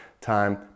time